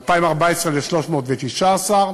2014, עלייה ל-319,